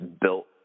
built